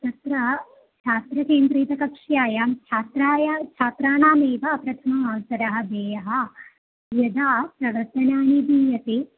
तत्र छात्रकेन्द्रीतकक्षायां छात्राय छात्राणामेव प्रथमः अवसरः देयः यदा प्रवर्तनानि दीयते